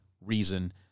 reason